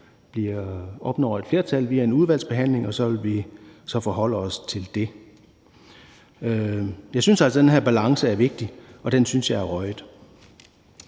opnår et flertal via en udvalgsbehandling, og så vil vi forholde os til det. Jeg synes, at den balance er vigtig, og den synes jeg er røget.